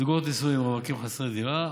זוגות נשואים חסרי דירה,